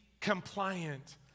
compliant